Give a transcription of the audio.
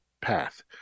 path